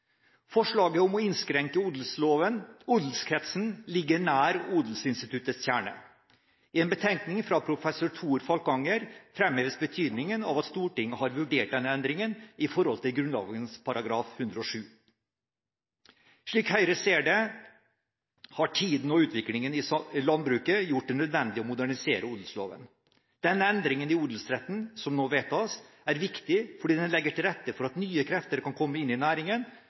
Forslaget om å innskrenke odelskretsen ligger nær odelsinstituttets kjerne. I en betenkning fra professor Thor Falkanger fremheves betydningen av at Stortinget har vurdert denne endringen i forhold til Grunnloven § 107. Slik Høyre ser det, har tiden og utviklingen i landbruket gjort det nødvendig å modernisere odelsloven. Denne endringen i odelsretten som nå vedtas, er viktig fordi den legger til rette for at nye krefter kan komme inn i næringen,